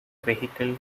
vehicle